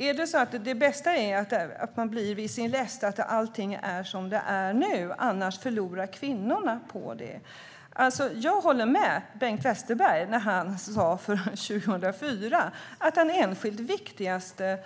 Är det så att det bästa är att man blir vid sin läst, att allting är som det är nu - annars är det kvinnorna som förlorar? Jag håller med om det som Bengt Westerberg sa 2004, att den enskilt viktigaste